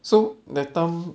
so that time